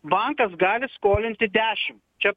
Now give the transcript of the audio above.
bankas gali skolinti dešim čia